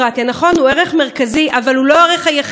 נכון, הוא ערך מרכזי, אבל הוא לא הערך היחיד.